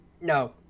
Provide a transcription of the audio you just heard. No